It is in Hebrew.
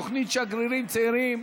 תוכנית שגרירים צעירים.